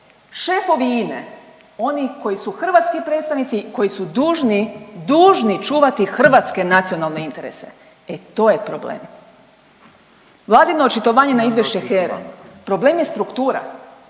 šefovi INA-e oni koji su hrvatski predstavnici koji su dužni, dužni čuvati hrvatske nacionalne interese. E to je problem. Vladino očitovanje na izvješće HERA-e, problem je struktura.